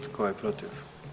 Tko je protiv?